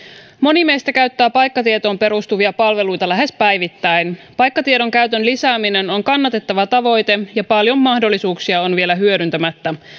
moni meistä käyttää paikkatietoon perustuvia palveluita lähes päivittäin paikkatiedon käytön lisääminen on kannatettava tavoite ja paljon mahdollisuuksia on vielä hyödyntämättä